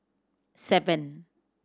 seven